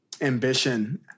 ambition